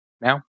now